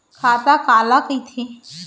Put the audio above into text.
खाता काला कहिथे?